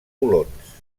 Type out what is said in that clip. colons